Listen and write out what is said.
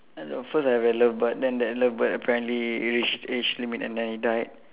uh no first I have a love bird then that love bird apparently it reached age limit and then it died